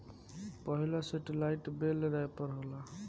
पहिला सेटेलाईट बेल रैपर होला